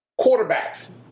quarterbacks